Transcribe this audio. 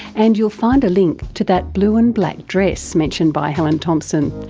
and you'll find a link to that blue and black dress mentioned by helen thomson.